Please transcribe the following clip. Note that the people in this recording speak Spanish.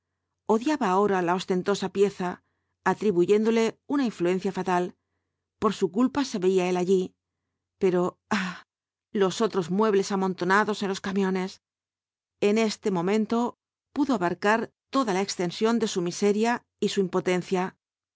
odiaba ahora la ostentosa pieza atribuyéndole una influencia fatal por su culpa se veía él allí pero ay los otros muebles amontonados en los camiones en este momento pudo abarcar toda la extensión de su miseria y su impotencia